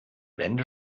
wände